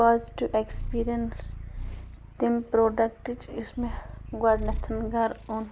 positive experience تَمہِ پرٛوڈَکٹٕچ یُس مےٚ گۄڈٕنٮ۪تھ گَرٕ اوٚن